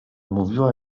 mówiła